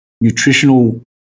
nutritional